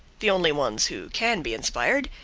the only ones who can be inspired,